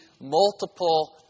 multiple